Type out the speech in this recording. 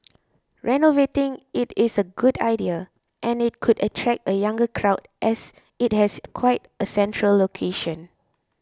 renovating it is a good idea and it could attract a younger crowd as it has quite a central location